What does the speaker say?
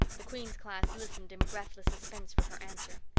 the queen's class listened in breathless suspense for her answer.